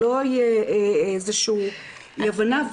שלא תהיה אי הבנה.